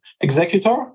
executor